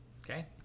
okay